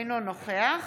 אינו נוכח